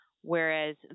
whereas